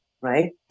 right